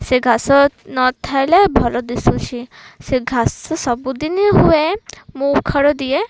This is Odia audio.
ସେ ଘାସ ନଥାଇଲେ ଭଲ ଦିଶୁଛି ସେ ଘାସ ସବୁଦିନି ହୁଏ ମୁଁ ଉଖର ଦିଏ